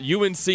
UNC